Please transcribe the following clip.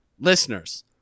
Listeners